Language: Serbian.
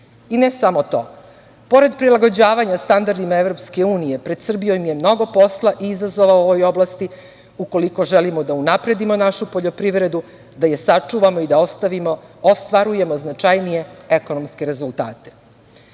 ne samo to, pored prilagođavanja standardima Evropske unije, pred Srbijom je mnogo posla i izazova u ovoj oblasti ukoliko želimo da unapredimo našu poljoprivredu, da je sačuvamo i da ostvarujemo značajnije ekonomske rezultate. Pored